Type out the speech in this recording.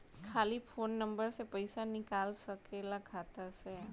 खाली phone number से पईसा निकल सकेला खाता से?